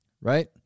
Right